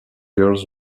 girls